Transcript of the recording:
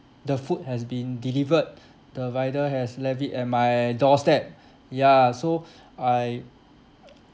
the food has been delivered the rider has left it at my doorstep ya so I